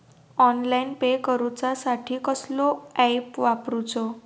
Online pay करूचा साठी कसलो ऍप वापरूचो?